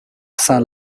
sent